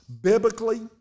Biblically